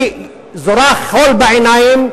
היא זורה חול בעיניים,